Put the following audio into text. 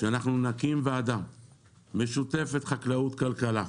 שאנחנו נקים ועדה משותפת של חקלאות וכלכלה.